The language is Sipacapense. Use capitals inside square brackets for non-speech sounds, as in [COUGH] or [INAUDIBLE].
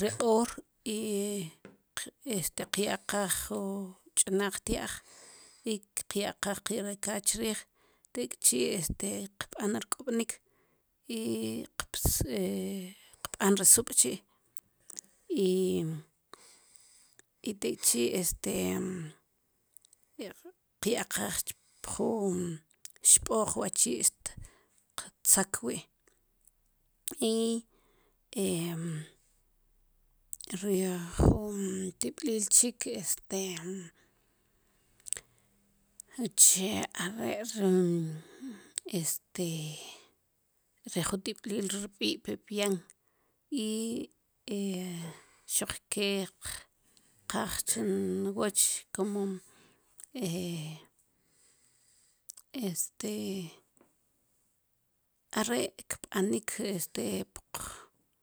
ri q'oor i este qyaqaj ju ch'naj tya'j i xtqyaqaj ki rekad chriij tik'chi' este qb'an rk'ob'nik i qb'an ri sub' chi i tek'chi' este qya'qaj pju xb'oj wachi' tiktzak wi' i [HESITATION] ri juun tib'lil chik este uche are' ri este ri ju tib'lil rb'i' pepian i [HESITATION] xuk kee kqaaj chin woch como [HESITATION] este are' kb'anik este [UNINTELLIGIBLE]